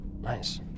Nice